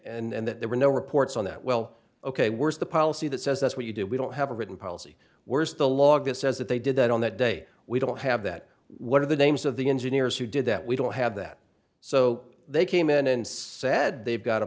that there were no reports on that well ok worst the policy that says that's what you do we don't have a written policy where's the log that says that they did that on that day we don't have that one of the names of the engineers who did that we don't have that so they came in and said they've got a